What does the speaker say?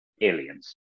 aliens